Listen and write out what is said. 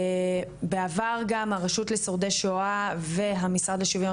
בעבר גם הרשות לשורדי שואה והמשרד לשיווין